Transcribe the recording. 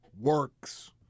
works